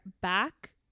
back